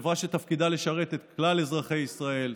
חברה שתפקידה לשרת את כלל אזרחי מדינת ישראל,